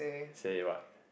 say what